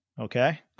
Okay